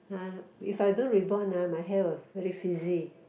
[huh] if I don't reborn ah my hair will very frizzy